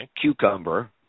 cucumber